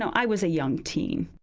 so i was a young teen.